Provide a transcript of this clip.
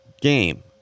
game